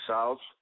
South